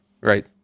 right